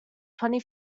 twenty